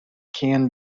can